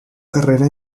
carrera